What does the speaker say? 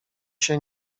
się